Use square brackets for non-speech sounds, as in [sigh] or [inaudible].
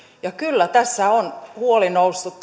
ja kyllä tässäkin keskustelussa on huoli noussut [unintelligible]